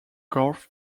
garth